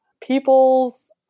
People's